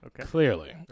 Clearly